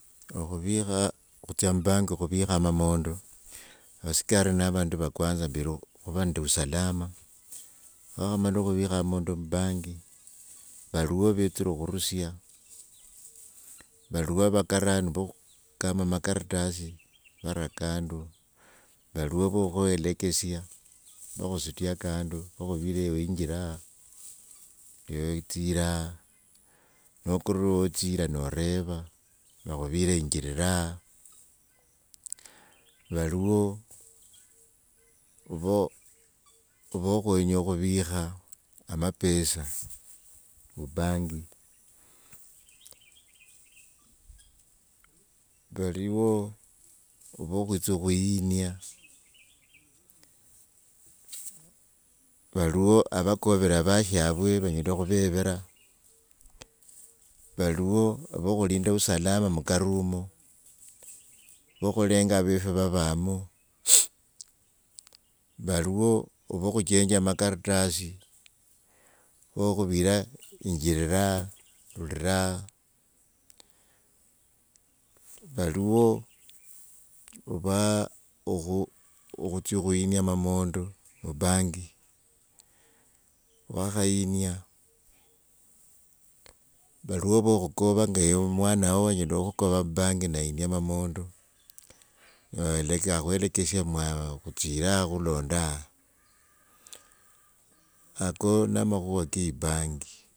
Okhuvikha khutsya mu bank okhuvikha amamondo, avaskari nivo avandu va kwanza veru khuva nende vusalama, khakhamala khuvikha amamomdo mbanga variwo vetsire khurusia valiwo vakarani vokhukama amakaratasi nivara kando valiwo vokhuelekesia khakhusutia kando vukhuvila ewe injila ya ewe tsila yaa nokorwe wotsila noreva nivakhuvila injiriraa, valiwo vokhwenya khuvikha amapesa mbank valuwo vokhwitsa khuyinia, valuwo avovakovile avashavye vanyela khuvevira, valiwo vokhulinda vusalama mukari mo, vokhulenga avefi vavamo valiwo vokhuchenja makarasi, vokhuvira injira yaa rurira aa valiwo vaa okhu- okhutsya khuinia amamondo, mbanki vakhyinia valiwo vokhukova enga ewe mwanawo anyela khukova mbanki neinia mamondo leke nakhwelekesia khutsile yaa khulonde aa ako na makhuva ka ebanki.